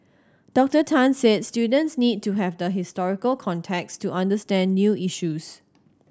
Doctor Tan said students need to have the historical context to understand new issues